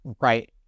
right